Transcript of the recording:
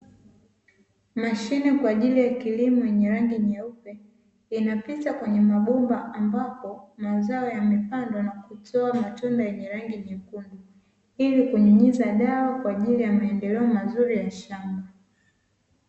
Mashine kwa ajili ya kilimo wenye rangi nyeupe inapita kwenye mabomba, ambapo mazao yamepandwa na kutoa matunda yenye rangi nyekundu ili kunyunyiza dawa kwa ajili ya maendeleo mazuri ya shamba.